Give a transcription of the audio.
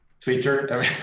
Twitter